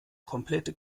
komplette